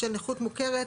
בשל נכות מוכרת,